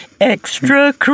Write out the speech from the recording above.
Extra